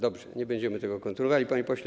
Dobrze, nie będziemy tego kontynuowali, panie pośle.